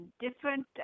different